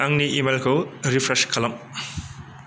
आंनि इमेलखौ रिफ्रेस खालाम